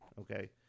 okay